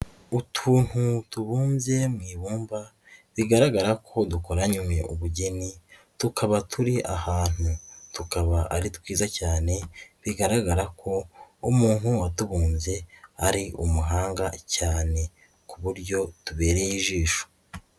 Utuntu tubumbye mu ibumba bigaragara ko dukoranywe ubugeni tukaba turi ahantu, tukaba ari twiza cyane bigaragara ko umuntu watubumbye ari umuhanga cyane ku buryo tubereye ijisho.